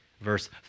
Verse